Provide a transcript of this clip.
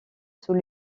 sous